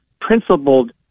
principled